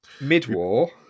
mid-war